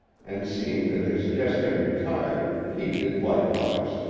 and seeing that his guest had retired he did likewise.